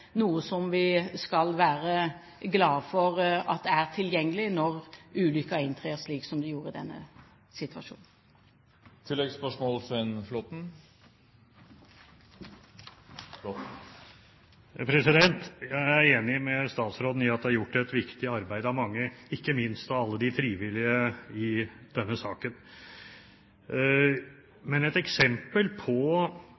noe som vi skal være glad for er tilgjengelig når ulykken inntrer, slik som i denne situasjonen. Svein Flåtten – til oppfølgingsspørsmål. Jeg er enig med statsråden i at det er gjort et viktig arbeid av mange, ikke minst av alle de frivillige, i denne saken.